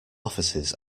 offices